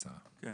אני